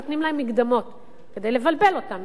נותנים להם מקדמות כדי לבלבל אותם.